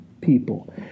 people